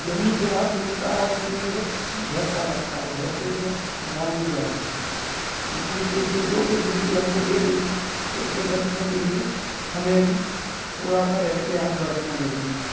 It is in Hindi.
ज़मीन से अर्थ मिलता अर्थ मिलने से झटका लगता है झटके से जान भी जा सकती है इसलिए इसलिए जो कुछ बिजली हमको दे रही है उससे बचने के लिए हमें भी थोड़ा सा एहतियात बरतना ज़रूरी है